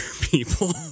people